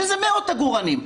שזה מאות עגורנים,